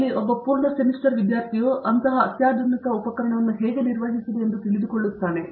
ಅಲ್ಲಿ ಒಬ್ಬ ಪೂರ್ಣ ಸೆಮಿಸ್ಟರ್ ವಿದ್ಯಾರ್ಥಿಯು ಅಂತಹ ಅತ್ಯಾಧುನಿಕ ಉಪಕರಣವನ್ನು ಹೇಗೆ ನಿರ್ವಹಿಸುವುದು ಎಂದು ತಿಳಿದುಕೊ ಳ್ಳುತ್ತಾನೆ